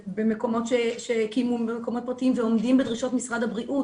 שיש במקומות שהקימו במקומות פרטיים ועומדים בדרישות משרד הבריאות,